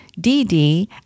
DD